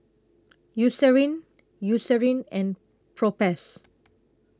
Eucerin Eucerin and Propass